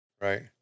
Right